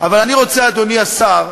אבל אני רוצה, אדוני השר,